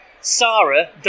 Sarah